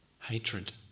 hatred